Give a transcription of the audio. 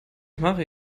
mache